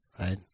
right